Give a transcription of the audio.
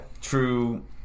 true